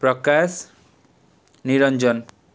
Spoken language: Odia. ପ୍ରକାଶ ନିରଞ୍ଜନ